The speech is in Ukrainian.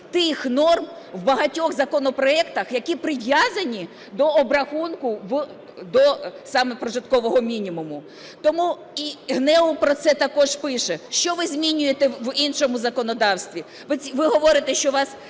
тих норм в багатьох законопроектах, які прив'язані до обрахунку саме прожиткового мінімуму. Тому і ГНЕУ про це також пише. Що ви змінюєте в іншому законодавстві? Ви говорите, що у вас